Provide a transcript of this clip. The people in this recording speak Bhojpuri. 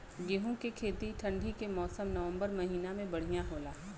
गेहूँ के खेती ठंण्डी के मौसम नवम्बर महीना में बढ़ियां होला?